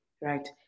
right